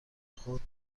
خود